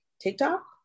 TikTok